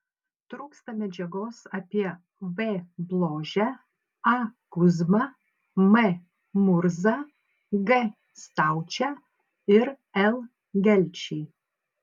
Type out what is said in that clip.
trūksta medžiagos apie v bložę a kuzmą m murzą g staučę ir l gelčį